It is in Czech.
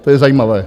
To je zajímavé.